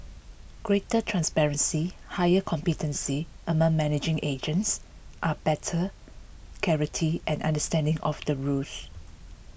greater transparency higher competency among managing agents are better clarity and understanding of the rules